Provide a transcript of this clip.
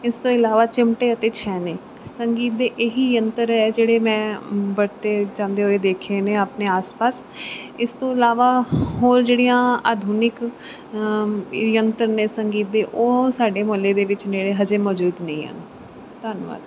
ਇਸ ਤੋਂ ਇਲਾਵਾ ਚਿਮਟੇ ਅਤੇ ਸ਼ੈਣੇ ਨੇ ਸੰਗੀਤ ਦੇ ਇਹੀ ਯੰਤਰ ਹੈ ਜਿਹੜੇ ਮੈਂ ਵਰਤੇ ਜਾਂਦੇ ਹੋਏ ਦੇਖੇ ਨੇ ਆਪਣੇ ਆਸ ਪਾਸ ਇਸ ਤੋਂ ਇਲਾਵਾ ਹੋਰ ਜਿਹੜੀਆਂ ਆਧੁਨਿਕ ਯੰਤਰ ਨੇ ਸੰਗੀਤ ਦੇ ਉਹ ਸਾਡੇ ਮੁਹੱਲੇ ਦੇ ਵਿੱਚ ਨੇੜੇ ਹਾਲੇ ਮੌਜੂਦ ਨਹੀਂ ਹਨ ਧੰਨਵਾਦ